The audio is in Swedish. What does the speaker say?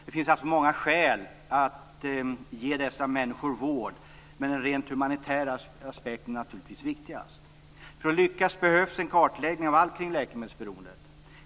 Det finns alltså många skäl att ge dessa människor vård, men den rent humanitära aspekten är naturligtvis viktigast. För att man skall lyckas med detta behövs en kartläggning av allt kring läkemedelsberoendet.